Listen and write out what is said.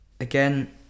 Again